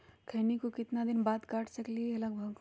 खैनी को कितना दिन बाद काट सकलिये है लगभग?